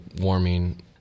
warming